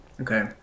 okay